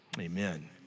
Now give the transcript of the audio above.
Amen